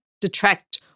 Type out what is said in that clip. detract